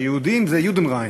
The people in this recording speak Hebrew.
שיהודים זה "יודנריין".